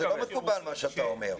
זה לא מקובל מה שאתה אומר.